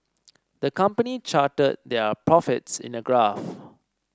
the company charted their profits in a graph